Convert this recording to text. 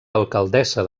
alcaldessa